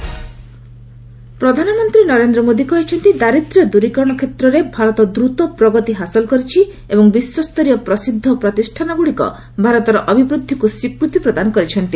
ମନ୍ କି ବାତ୍ ପ୍ରଧାନମନ୍ତ୍ରୀ ନରେନ୍ଦ୍ର ମୋଦି କହିଚ୍ଚନ୍ତି ଦାରିଦ୍ର୍ୟ ଦୂରୀକରଣ କ୍ଷେତ୍ରରେ ଭାରତ ଦ୍ରତ ପ୍ରଗତି ହାସଲ କରିଛି ଏବଂ ବିଶ୍ୱସ୍ତରୀୟ ପ୍ରସିଦ୍ଧ ପ୍ରତିଷ୍ଠାନଗୁଡ଼ିକ ଭାରତର ଅଭିବୃଦ୍ଧିକୁ ସ୍ୱୀକୃତି ପ୍ରଦାନ କରିଛନ୍ତି